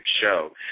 show